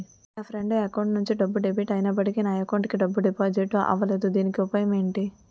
నా friend account నుండి డబ్బు డెబిట్ అయినప్పటికీ నా అకౌంట్ కి డబ్బు డిపాజిట్ అవ్వలేదుదీనికి ఉపాయం ఎంటి?